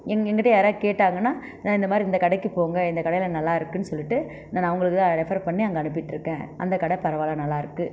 என் என்கிட்ட யாருனா கேட்டாங்கனா இந்த மாதிரி இந்த கடைக்கு போங்கள் இந்த கடையில் நல்லாருக்கும் சொல்லிவிட்டு நான் அவங்களுக்கு ரெஃபர் பண்ணி அங்கே அனுப்பிட்டிருக்கேன் அந்த கடை பரவாயில நல்லாயிருக்கு